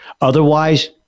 Otherwise